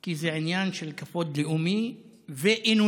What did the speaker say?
כי זה עניין של כבוד לאומי ואנושי,